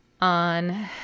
On